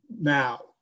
now